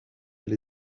elle